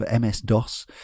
MS-DOS